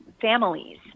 families